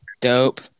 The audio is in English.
Dope